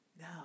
no